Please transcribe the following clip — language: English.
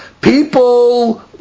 People